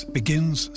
begins